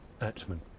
Atman